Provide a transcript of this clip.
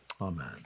Amen